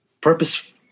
purpose